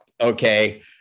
Okay